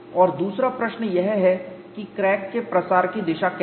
और दूसरा प्रश्न यह है कि क्रैक के प्रसार की दिशा क्या है